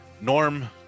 Norm